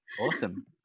Awesome